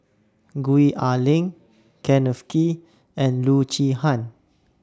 Gwee Ah Leng Kenneth Kee and Loo Zihan